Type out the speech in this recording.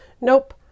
Nope